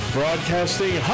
Broadcasting